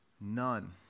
none